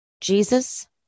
Jesus